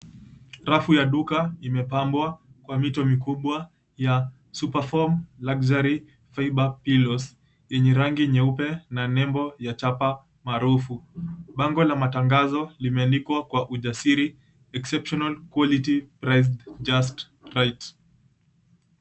Rafu ya duka imepambwa kwa mito mikubwa ya Super Form Luxury Fiber Pillows yenye rangi nyeupe na nembo ya chapa maarufu. Bango la matangazo limeandikwa kwa ujasiri, Exceptional Quality Priced Just Right.